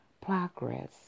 progress